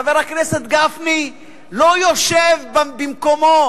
חבר הכנסת גפני לא יושב במקומו,